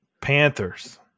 Panthers